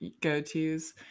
go-tos